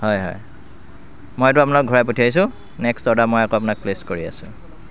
হয় হয় মই এইটো আপোনাক ঘূৰাই পঠিয়াইছো নেক্সট অৰ্ডাৰ মই আকৌ আপোনাক প্লে'চ কৰি আছো